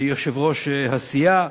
יושב-ראש הסיעה,